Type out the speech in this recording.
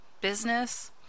business